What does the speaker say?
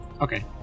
Okay